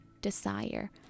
desire